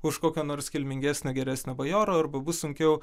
už kokio nors kilmingesnio geresnio bajoro arba bus sunkiau